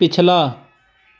ਪਿਛਲਾ